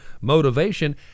motivation